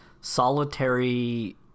solitary